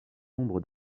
nombre